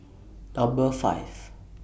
Number five